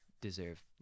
deserve